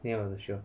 name of the show